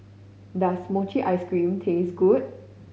does mochi ice cream taste good